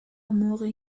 موقعی